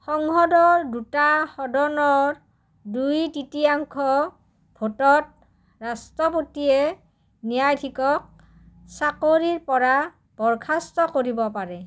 সংসদৰ দুটা সদনৰ দুই তৃতীয়াংশ ভোটত ৰাষ্ট্ৰপতিয়ে ন্যায়াধীশক চাকৰিৰ পৰা বৰখাস্ত কৰিব পাৰে